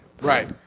Right